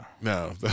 No